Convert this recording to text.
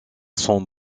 son